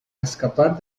escapar